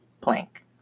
plank